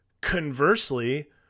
Conversely